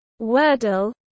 Wordle